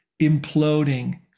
imploding